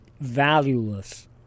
valueless